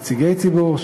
נציגי ציבור,